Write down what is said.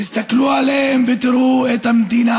תסתכלו עליהם ותראו את המדינה.